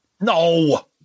No